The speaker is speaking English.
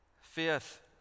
Fifth